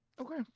Okay